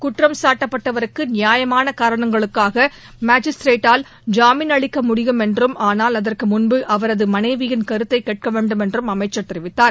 குற்றம் சாட்டப்பட்டவருக்குநியாயமான காரணங்களுக்காக மாஜிஸ்திரேட்டால் ஜாமீன் அளிக்க முடியும் என்றும் ஆளால் அதற்கு முன்பு அவரது மனைவியின் கருத்தை கேட்க வேன்டும் என்றும் அமைச்சி தெரிவித்தார்